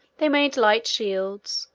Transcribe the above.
they made light shields,